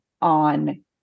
on